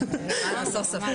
בשעה